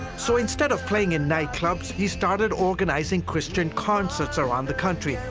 so instead of playing in nightclubs, he started organizing christian concerts around the country,